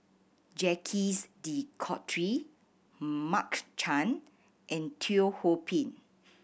Jacques De Coutre Mark Chan and Teo Ho Pin